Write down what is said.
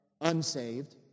unsaved